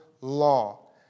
law